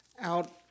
out